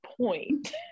point